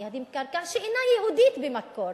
מייהדים קרקע שאינה יהודית במקור.